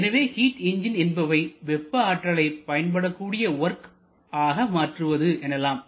எனவே heat engine என்பவை வெப்ப ஆற்றலை பயன்படக்கூடிய வொர்க் ஆக மாற்றுவது எனலாம்